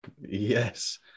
Yes